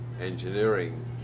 engineering